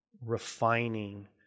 refining